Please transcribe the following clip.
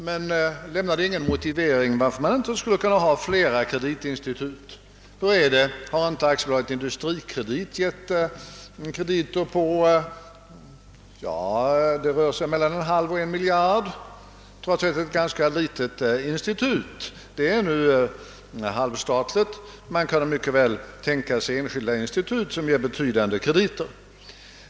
Men han lämnade ingen motivering till varför man inte skulle kunna inrätta flera kreditinstitut. Hur är det, har inte AB Industrikredit gett krediter på mellan en halv och en miljard kronor, trots att det är ett ganska litet institut? Detta institut är halvstatligt, men man kunde väl tänka sig enskilda institut som lämnar betydande krediter.